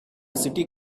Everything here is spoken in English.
city